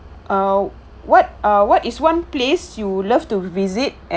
ah what ah what is one place you love to visit and